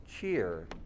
cheer